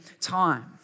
time